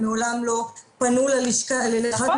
הם מעולם לא פנו לאחת מהלשכות --- נכון,